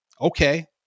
Okay